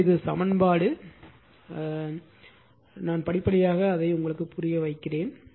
எனவே இது சமன்பாடு எண் நான் படிப்படியாக அதை புரிய வைக்கிறேன்